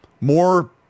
more